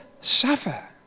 suffer